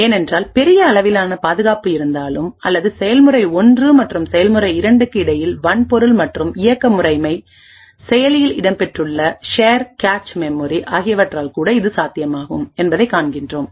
ஏனென்றால் பெரிய அளவிலான பாதுகாப்பு இருந்தாலும் அல்லது செயல்முறை 1 மற்றும் செயல்முறை 2 க்கு இடையில் வன்பொருள் மற்றும் இயக்க முறைமை செயலில் இடம்பெற்றுள்ள ஷேர் கேட்ச் மெமரி ஆகியவற்றால் கூட இது சாத்தியமாகும் என்பதைக் காண்கிறோம்